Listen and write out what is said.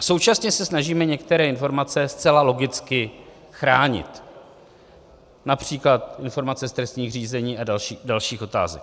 Současně se snažíme některé informace zcela logicky chránit, např. informace z trestních řízení a dalších otázek.